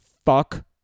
Fuck